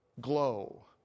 glow